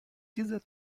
dieser